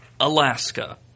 Alaska